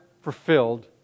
fulfilled